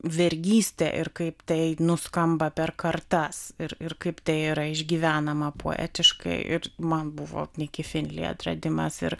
vergystę ir kaip tai nuskamba per kartas ir ir kaip tai yra išgyvenama poetiškai ir man buvo niki finli atradimas ir